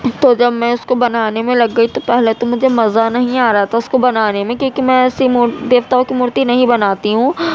تو جب میں اس کو بنانے میں لگ گئی تو پہلے تو مجھے مزہ نہیں آ رہا تھا اس کو بنانے میں کیونکہ میں ایسی دیوتاؤں کی مورتی نہیں بناتی ہوں